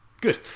Good